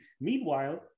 Meanwhile